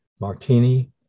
Martini